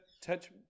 touch